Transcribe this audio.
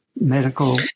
medical